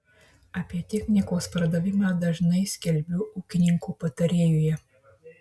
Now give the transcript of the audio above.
apie technikos pardavimą dažnai skelbiu ūkininko patarėjuje